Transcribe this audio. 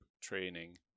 training